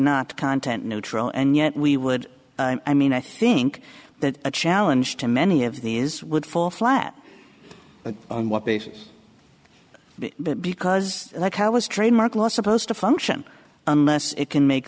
not content neutral and yet we would i mean i think that a challenge to many of these would fall flat on what basis because like how is trademark law supposed to function unless it can make